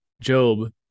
Job